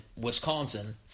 Wisconsin